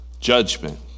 judgment